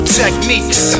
techniques